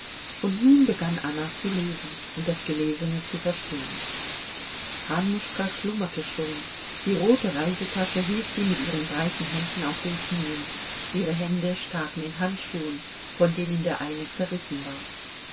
und nun begann anna zu lesen und das gelesene zu verstehen annuschka schlummerte schon die rote reisetasche hielt sie mit ihren breiten händen auf den knien ihre hände staken in handschuhen von denen der eine zerrissen war